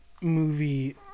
movie